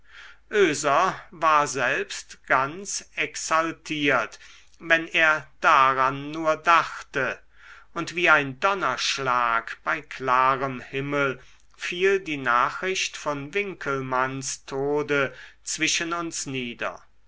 oeser war selbst ganz exaltiert wenn er daran nur dachte und wie ein donnerschlag bei klarem himmel fiel die nachricht von winckelmanns tode zwischen uns nieder